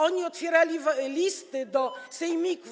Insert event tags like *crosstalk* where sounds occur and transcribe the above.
Oni otwierali listy *noise* do sejmików.